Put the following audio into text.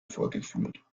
vorgeführt